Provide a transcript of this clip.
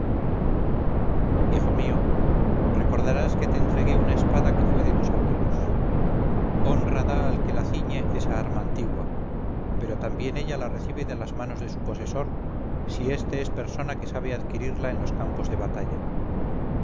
hijo mío recordarás que te entregué una espada que fue de tus abuelos honra da al que la ciñe esa arma antigua pero también ella la recibe de las manos de su poseedor si este es persona que sabe adquirirla en los campos de batalla